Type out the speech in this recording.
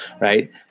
right